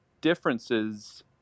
differences